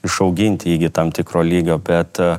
išauginti iki tam tikro lygio bet